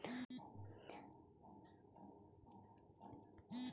అసలు metric tonne అంటే ఎన్ని క్వింటాలు మరియు ఎన్ని కిలోగ్రాములు?